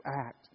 act